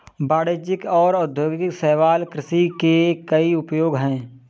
वाणिज्यिक और औद्योगिक शैवाल कृषि के कई उपयोग हैं